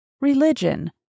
religion